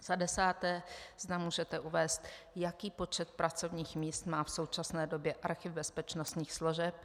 Za desáté, zda můžete uvést, jaký počet pracovních míst má v současné době Archiv bezpečnostních složek.